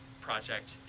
project